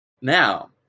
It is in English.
now